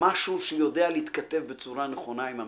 משהו שיודע להתכתב בצורה נכונה עם המציאות,